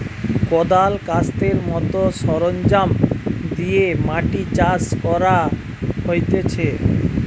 কদাল, কাস্তের মত সরঞ্জাম দিয়ে মাটি চাষ করা হতিছে